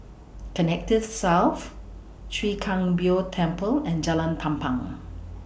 Connexis South Chwee Kang Beo Temple and Jalan Tampang